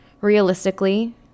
Realistically